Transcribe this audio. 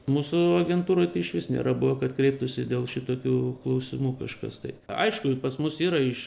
mūsų agentūroj išvis nėra buvę kad kreiptųsi dėl šitokių klausimų kažkas tai aišku pas mus yra iš